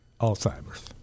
Alzheimer's